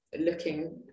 looking